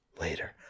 later